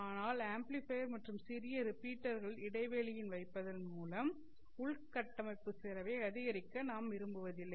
ஆனால் ஆம்ப்ளிபையர் மற்றும்சிறிய ரிப்பீட்டர்கள் இடைவெளியில் வைப்பதன் மூலம் உள்கட்டமைப்பு செலவை அதிகரிக்க நாம் விரும்புவதில்லை